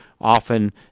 often